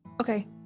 Okay